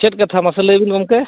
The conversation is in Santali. ᱪᱮᱫ ᱠᱟᱛᱷᱟ ᱢᱟᱥᱮ ᱞᱟᱹᱭ ᱵᱤᱱ ᱜᱚᱢᱠᱮ